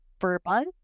verbal